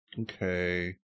Okay